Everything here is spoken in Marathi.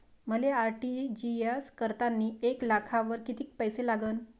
मले आर.टी.जी.एस करतांनी एक लाखावर कितीक पैसे लागन?